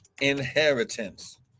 inheritance